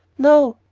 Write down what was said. no,